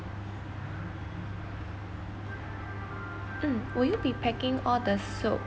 mm will you be packing all the soup